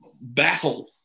battle